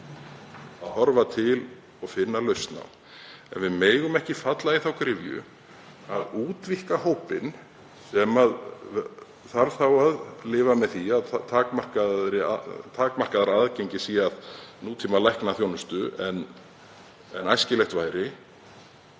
að horfa til og finna lausn á. Við megum ekki falla í þá gryfju að útvíkka hópinn sem þarf þá að lifa með takmarkaðra aðgengi að nútímalæknaþjónustu en æskilegt væri